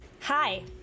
Hi